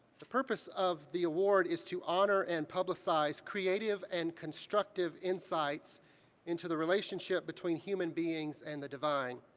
the purpose of the award is to honor and publicize creative and constructive insights into the relationship between human beings and the divine.